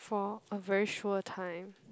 for a very sure time